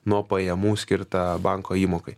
nuo pajamų skirta banko įmokai